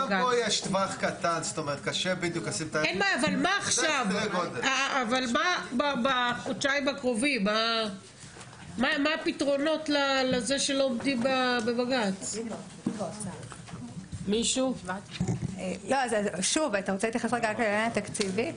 66%. אתה רוצה להתייחס לעניין התקציבי?